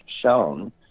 shown